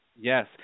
Yes